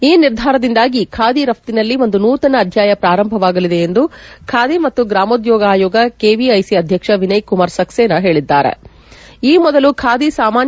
ಈ ನಿರ್ಧಾರದಿಂದಾಗಿ ಖಾದಿ ರಫ್ಟಿನಲ್ಲಿ ಒಂದು ನೂತನ ಅಧ್ಯಾಯ ಪ್ರಾರಂಭವಾಗಲಿದೆ ಎಂದು ಬಾದಿ ಮತ್ತು ಗ್ರಾಮೋದ್ಲೋಗ ಆಯೋಗ ಕೆವಿಐಸಿ ಅಧ್ಯಕ್ಷ ವಿನಯ್ ಕುಮಾರ್ ಸಕ್ಲೇನಾ ಹೇಳದ್ದಾರೆ